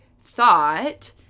thought